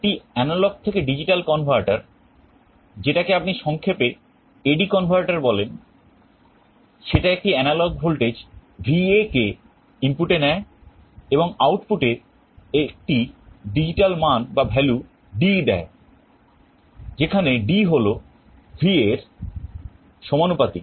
একটা এনালগ থেকে digital converter যেটাকে আপনি সংক্ষেপে AD converter বলেন সেটা একটি এনালগ ভোল্টেজ VA কে ইনপুটে নেয় এবং আউটপুট এ একটি ডিজিটাল মান D দেয় যেখানে D হল VA এর সমানুপাতিক